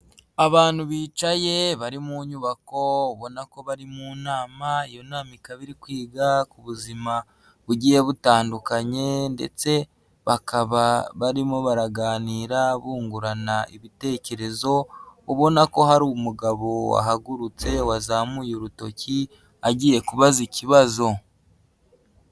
Abantu bicaye bari mu nyubako, ubona ko bari mu nama, iyo nama ikaba iri kwiga ku buzima bugiye butandukanye, ndetse bakaba barimo baraganira bungurana ibitekerezo, ubona ko hari umugabo wahagurutse wazamuye urutoki agiye kubaza ikibazo.